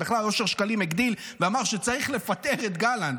בכלל אושר שקלים הגדיל ואמר שצריך לפטר את גלנט.